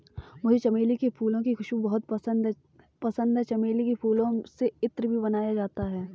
मुझे चमेली के फूलों की खुशबू बहुत पसंद है चमेली के फूलों से इत्र भी बनाया जाता है